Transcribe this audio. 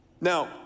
Now